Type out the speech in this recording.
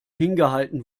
hingehalten